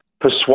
persuade